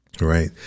Right